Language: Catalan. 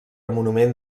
monument